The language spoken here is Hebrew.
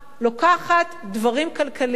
לוקחת דברים כלכליים,